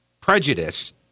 prejudice